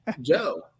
Joe